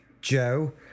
Joe